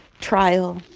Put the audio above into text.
trial